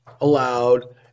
allowed